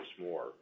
more